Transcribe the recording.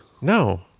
no